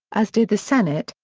as did the senate,